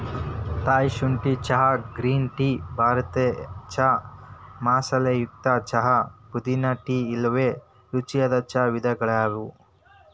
Thai ಶುಂಠಿ ಚಹಾ, green tea, ಭಾರತೇಯ ಚಾಯ್ ಮಸಾಲೆಯುಕ್ತ ಚಹಾ, ಪುದೇನಾ ಟೇ ಇವೆಲ್ಲ ರುಚಿಯಾದ ಚಾ ವಿಧಗಳಗ್ಯಾವ